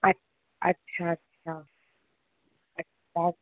अछा अछा अछा